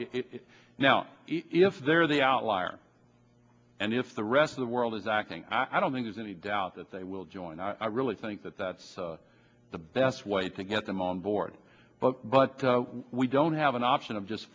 and now if they're the outlier and if the rest of the world is acting i don't think there's any doubt that they will join i really think that that's the best way to get them on board but but we don't have an option of just